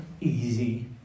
easy